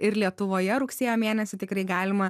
ir lietuvoje rugsėjo mėnesį tikrai galima